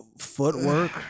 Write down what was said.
Footwork